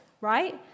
right